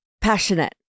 passionate